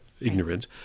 ignorance